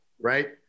right